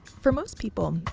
for most people,